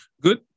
Good